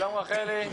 שלום רחלי,